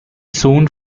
soon